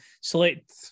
select